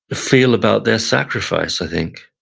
feel about their sacrifice, i think,